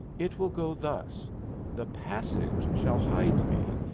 it will go thus the passage shall hide me,